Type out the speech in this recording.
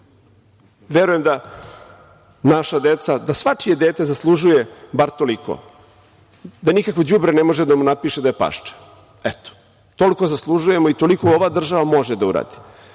gotovo. Verujem da naša deca, svačije dete zaslužuje bar toliko, da nikakvo đubre ne može da mu napiše da je pašče. Toliko zaslužujemo i toliko ova država može da uradi